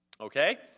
Okay